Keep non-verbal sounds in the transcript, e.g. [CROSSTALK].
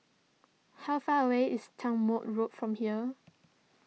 how far away is [UNINTELLIGIBLE] Road from here